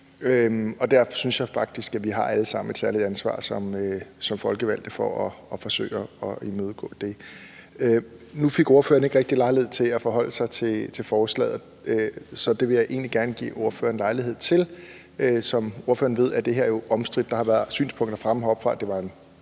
Derfor synes jeg faktisk, at vi alle sammen har et særligt ansvar som folkevalgte for at forsøge at imødegå det. Nu fik ordføreren ikke rigtig lejlighed til at forholde sig til forslaget, så det vil jeg egentlig gerne give ordføreren lejlighed til. Som ordføreren ved, er det her jo omstridt. Der har været synspunkter fremme heroppefra om, at det var en